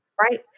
right